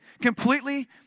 Completely